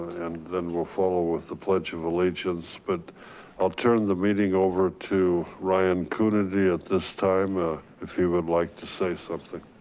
and then we'll follow with the pledge of allegiance. but i'll turn the meeting over to ryan coonerty at this time if he would like to say something.